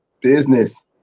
business